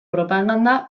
propaganda